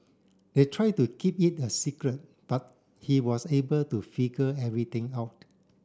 they tried to keep it a secret but he was able to figure everything out